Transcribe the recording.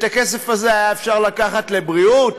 את הכסף הזה היה אפשר לקחת לבריאות,